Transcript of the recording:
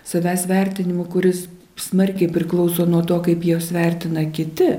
savęs vertinimu kuris smarkiai priklauso nuo to kaip juos vertina kiti